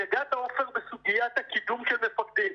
נגעת בסוגיית הקידום של מפקדים.